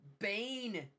Bane